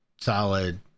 Solid